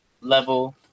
level